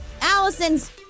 Allison's